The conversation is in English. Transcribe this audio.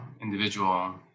individual